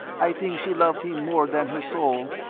i think she loved him more than her soul,